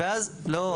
לא,